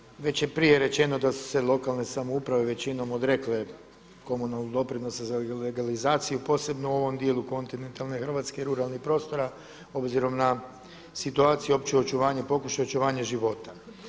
Poštovani ministre, već je prije rečeno da su se lokalne samouprave većinom odrekle komunalnog doprinosa za legalizaciju, posebno u ovom dijelu kontinentalne Hrvatske i ruralnih prostora obzirom na situaciju i opće očuvanje, pokušaj očuvanja života.